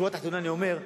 בשורה התחתונה אני אומר,